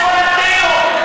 במולדתנו,